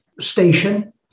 station